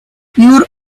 your